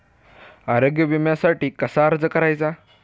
आरोग्य विम्यासाठी कसा अर्ज करायचा?